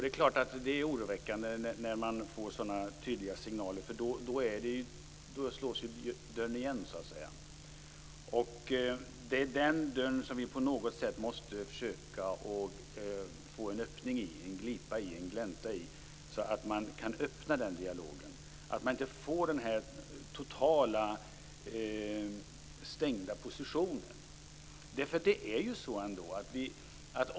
Det är klart att det är oroväckande när man får sådana tydliga signaler, därför att då slås dörren igen. Det är den dörren som vi på något sätt måste försöka få en öppning av, en glipa och en glänta i, så att man kan öppna dialogen och inte får den totalt stängda positionen.